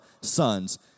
sons